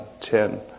ten